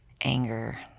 anger